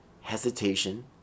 hesitation